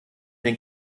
den